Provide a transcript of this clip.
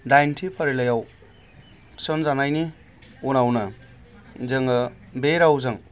दाइथि फारिलाइयाव थिसनजानायनि उनावनो जोङो बे रावजों